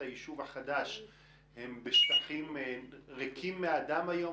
היישוב החדש הן בשטחים ריקים מאדם היום?